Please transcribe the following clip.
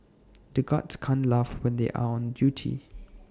the guards can't laugh when they are on duty